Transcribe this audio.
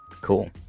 cool